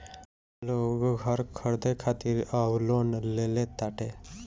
लोग घर खरीदे खातिर अब लोन लेले ताटे